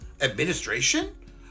administration